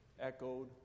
echoed